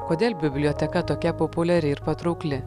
kodėl biblioteka tokia populiari ir patraukli